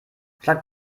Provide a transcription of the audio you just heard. schlagt